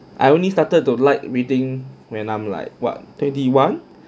I only started to like reading when I'm like what twenty one